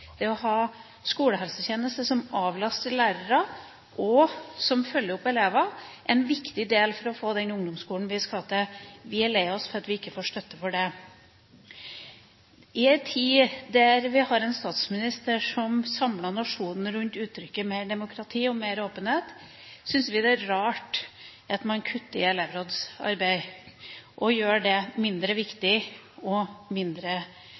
det å ha en skolehelsetjeneste som avlaster lærerne og som følger opp elevene, er viktig for å få den ungdomsskolen som skal til. Vi er lei oss for at vi ikke får støtte for det. I en tid hvor vi har en statsminister som samler nasjonen rundt uttrykk om demokrati og mer åpenhet, syns vi det er rart at man kutter i elevrådsarbeidet og gjør det mindre viktig og mindre